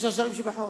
יש ראשי ערים שפחות.